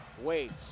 waits